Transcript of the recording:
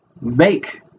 make